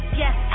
yes